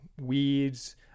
weeds